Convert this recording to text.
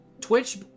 Twitch